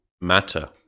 matter